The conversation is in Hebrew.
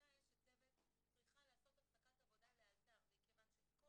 אותה אשת צוות צריכה לעשות הפסקת עבודה לאלתר מכיוון שכל